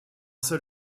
seul